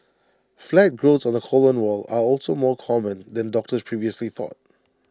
flat growths on the colon wall are also more common than doctors previously thought